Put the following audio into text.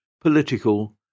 political